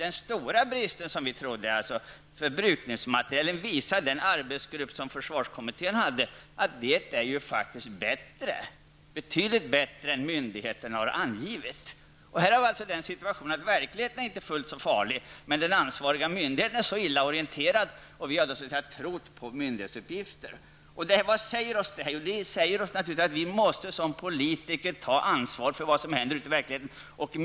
Försvarskommitténs arbetsgrupp visar också att läget när det gäller det som vi trodde var den största bristen, nämligen förbrukningsmateriel, är betydligt bättre än myndigheterna har angivit. I verkligheten är det alltså inte fullt så farligt, men den ansvariga myndigheten är illa orienterad, och vi har trott på myndighetens uppgifter. Vad säger oss detta? Jo, det säger oss att vi som politiker måste ta ansvar för vad som händer ute i verkligheten.